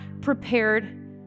prepared